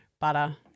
butter